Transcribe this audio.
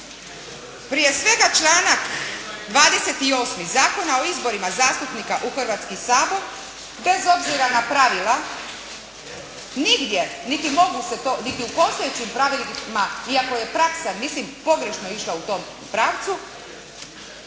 Prije svega članak 28. Zakona o izborima zastupnika u Hrvatski sabor bez obzira na pravila nigdje, niti mogu se to niti u postojećim pravilima iako je praksa mislim pogrešno išla u tom pravcu